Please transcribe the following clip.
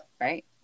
Right